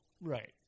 right